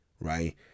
right